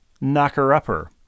knocker-upper